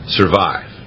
survive